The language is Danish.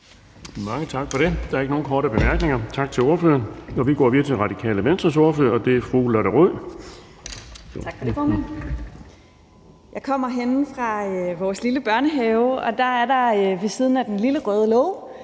Mange tak for det. Der er ikke nogen korte bemærkninger. Tak til ordføreren. Vi går videre til Radikale Venstres ordfører, og det er fru Lotte Rod. Kl. 09:36 (Ordfører) Lotte Rod (RV): Tak for det, formand. Jeg kommer henne fra vores lille børnehave, og der er der ved siden af den lille røde låge